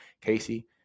Casey